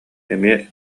эмиэ